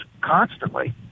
constantly